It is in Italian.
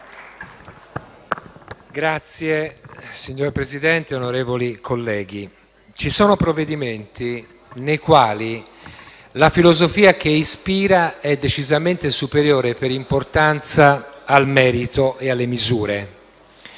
Signor Presidente, onorevoli colleghi, ci sono provvedimenti la cui filosofia ispiratrice è decisamente superiore, per importanza, al merito e alle misure.